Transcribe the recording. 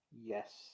Yes